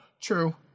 True